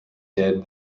did